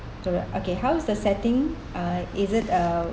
correct okay how is the setting uh is it uh